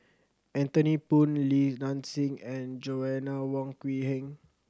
Anthony Poon Li Nanxing and Joanna Wong Quee Heng